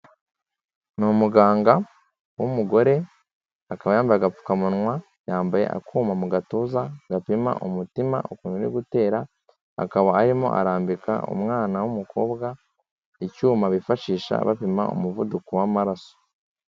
Ni umuganga w'umugore, akaba yambaye agapfukamunwa, yambaye akuma mu gatuza gapima umutima ukuntu uri gutera, akaba arimo arambika umwana w'umukobwa icyuma bifashisha bapima umuvuduko w'amaraso.